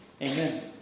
Amen